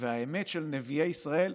והאמת של נביאי ישראל,